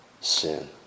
sin